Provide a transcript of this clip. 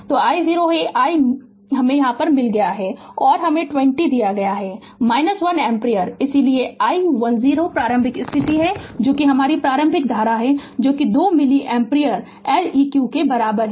तो i 0 है i मिल गया है और हमें 20 दिया गया है - 1 एम्पीयर इसलिए i 1 0 प्रारंभिक स्थिति जो कि हमारी प्रारंभिक धारा है जो 2 मिली एम्पीयर L eq के बराबर है